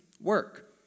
work